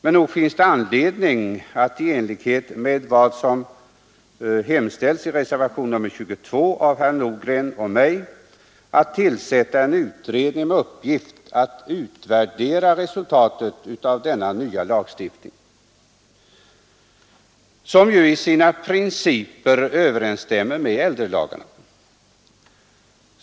Men nog finns det anledning att i enlighet med vad som hemställts i reservationen 22 av herr Nordgren och mig tillsätta en utredning med uppgift att utvärdera resultatet av denna nya lagstiftning, som ju i sina principer överensstäm mer med äldrelagarna.